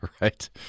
Right